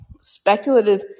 speculative